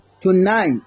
tonight